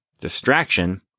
distraction